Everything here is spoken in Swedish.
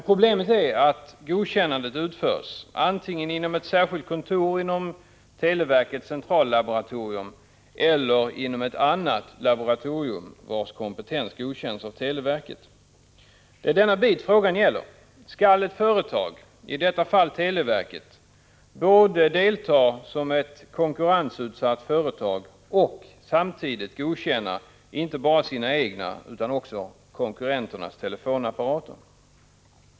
Problemet är att undersökningen för godkännande utförs antingen inom särskilt kontor i televerkets centrallaboratorium eller inom ett annat laboratorium, vars kompetens godkänds av televerket. Det är detta min fråga gäller: Skall ett företag, i detta fall televerket, få delta som ett konkurrensutsatt företag och samtidigt godkänna inte bara sina egna utan också konkurrenternas telefonapparater?